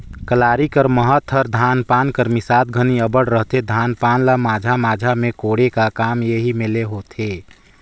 कलारी कर महत हर धान पान कर मिसात घनी अब्बड़ रहथे, धान पान ल माझा माझा मे कोड़े का काम एही मे ले होथे